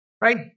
right